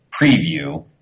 preview